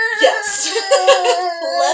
Yes